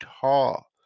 tall